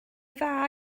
dda